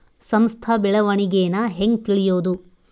ಸಂಸ್ಥ ಬೆಳವಣಿಗೇನ ಹೆಂಗ್ ತಿಳ್ಯೇದು